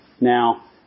Now